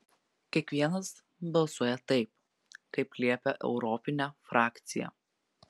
kiekvienas balsuoja taip kaip liepia europinė frakcija